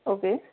okay